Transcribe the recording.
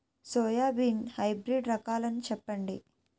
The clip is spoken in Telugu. సోయాబీన్ హైబ్రిడ్ రకాలను చెప్పండి?